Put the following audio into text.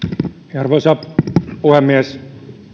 arvoisa puhemies